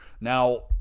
Now